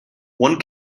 one